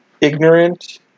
ignorant